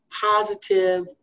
positive